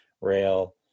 rail